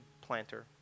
planter